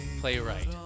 playwright